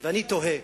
אני תוהה.